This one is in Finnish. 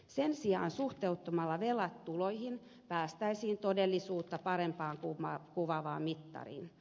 sen sijaan suhteuttamalla velat tuloihin päästäisiin todellisuutta paremmin kuvaavaan mittariin